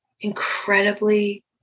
incredibly